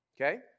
okay